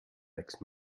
next